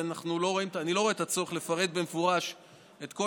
ואני לא רואה את הצורך לפרט במפורש את כל